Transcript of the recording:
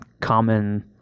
common